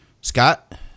Scott